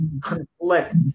conflict